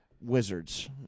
wizards